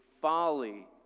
folly